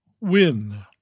Win